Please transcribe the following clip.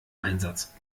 einsatz